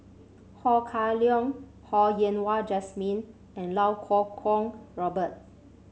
Ho Kah Leong Ho Yen Wah Jesmine and Iau Kuo Kwong Robert